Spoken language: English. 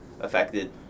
affected